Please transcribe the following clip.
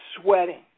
sweating